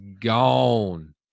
gone